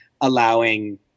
allowing